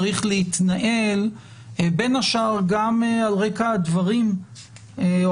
צריך להתנהל בין השאר גם על רקע הדברים או